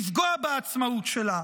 לפגוע בעצמאות שלה,